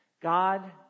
God